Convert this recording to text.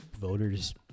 voters